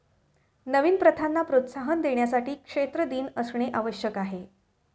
नवीन प्रथांना प्रोत्साहन देण्यासाठी क्षेत्र दिन असणे आवश्यक आहे